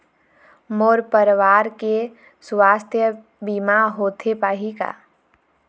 मोर परवार के सुवास्थ बीमा होथे पाही का?